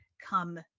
come